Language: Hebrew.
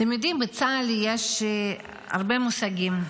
אתם יודעים, בצה"ל יש הרבה מושגים.